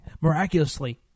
miraculously